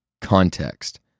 context